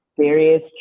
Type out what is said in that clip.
various